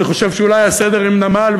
אני חושב שאולי הסדר עם נמל,